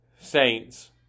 Saints